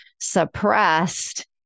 suppressed